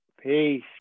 Peace